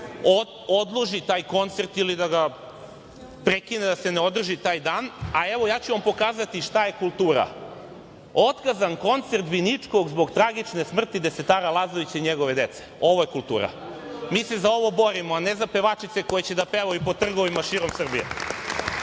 odloži taj koncert ili da ga prekine, da se ne održi taj dan. Ja ću vam pokazati šta je kultura. "Otkazan koncert Biničkog zbog tragične smrti desetara Lazovića i njegove dece". Ovo je kultura. Mi se za ovo borimo, a ne za pevačice koje će da pevaju po trgovima širom Srbije